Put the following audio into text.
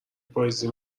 پاییزی